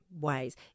ways